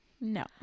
No